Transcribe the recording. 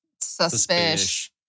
Suspicious